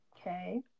Okay